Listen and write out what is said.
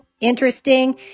interesting